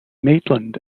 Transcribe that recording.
maitland